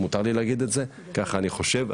ככה אני חושב,